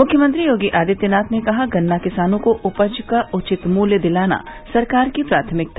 मुख्यमंत्री योगी आदित्यनाथ ने कहा गन्ना किसानों को उपज का उचित मूल्य दिलाना सरकार की प्राथमिकता